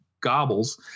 gobbles